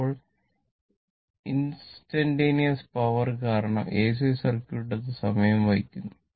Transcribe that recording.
ഇപ്പോൾ instantaneous power കാരണം AC circuit അത് സമയം വഹിക്കുന്നു